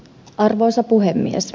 arvoisa puhemies